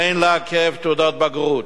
אין לעכב תעודות בגרות.